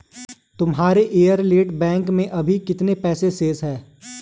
तुम्हारे Airtel bank में अभी कितने पैसे शेष हैं?